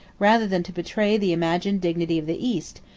rather than to betray the imagined dignity of the east,